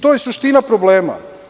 To je suština problema.